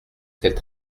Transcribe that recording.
qu’elle